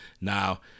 Now